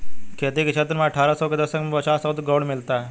खेती के क्षेत्र में अट्ठारह सौ के दशक में बचाव शब्द गौण मिलता है